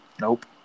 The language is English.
Nope